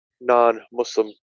non-Muslim